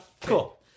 Cool